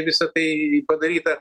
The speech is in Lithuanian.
visa tai padaryta